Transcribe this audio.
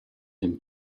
him